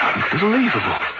Unbelievable